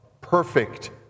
perfect